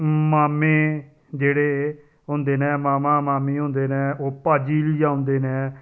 मामें जेह्ड़े होंदे न मामा मामी होंदे न ओह् भाजी लेइयै औंदे न